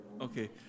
Okay